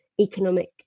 economic